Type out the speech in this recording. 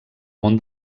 món